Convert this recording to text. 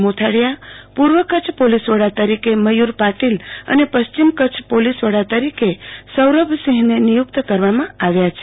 મોથારીયા પૂર્વ કચ્છ પોલીસવડા તરીકે મયુર પાટીલ અને પશ્ચિમ કચ્છ પોલીસવડા તરીકે સૌરભસિંહને નિયુકત કરવામા આવ્યા છે